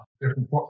different